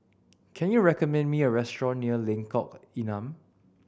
can you recommend me a restaurant near Lengkong Enam